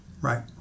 Right